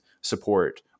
support